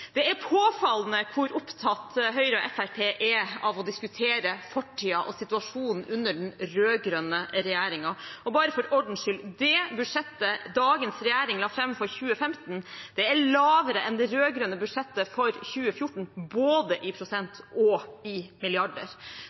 Det er påfallende hvor opptatt Høyre og Fremskrittspartiet er av å diskutere fortiden og situasjonen under den rød-grønne regjeringen. Og bare for ordens skyld: Det budsjettet dagens regjering la fram for 2015, ligger lavere enn det rød-grønne budsjettet for 2014, både i prosent og i milliarder.